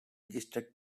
registered